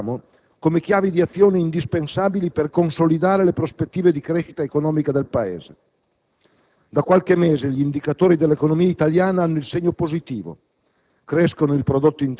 ed interpretiamo come chiavi di azioni indispensabili per consolidare le prospettive di crescita economica del Paese. Da qualche mese gli indicatori dell'economia italiana hanno il segno positivo: